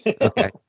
okay